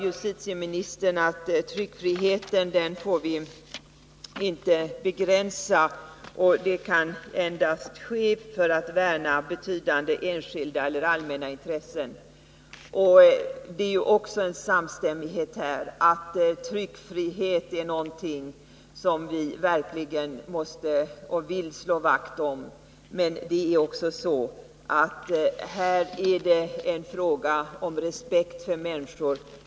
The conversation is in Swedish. Justitieministern sade att tryckfriheten inte får begränsas, att det endast får ske för att värna betydande enskilda eller allmänna intressen. Även här råder det samstämmighet: tryckfriheten är någonting som vi verkligen måste och som vi vill slå vakt om. Men det är här också en fråga om respekt för människor.